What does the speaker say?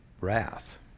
wrath